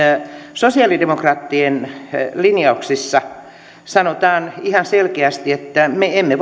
sosiaalidemokraattien linjauksissa sanotaan ihan selkeästi että me emme